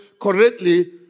correctly